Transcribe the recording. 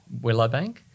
Willowbank